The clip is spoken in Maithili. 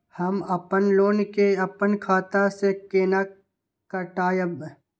हम अपन लोन के अपन खाता से केना कटायब?